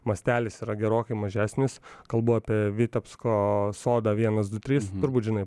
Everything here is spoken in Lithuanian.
mastelis yra gerokai mažesnis kalbu apie vitebsko sodą vienas du trys turbūt žinai